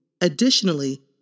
Additionally